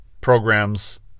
programs